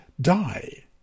die